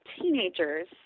teenagers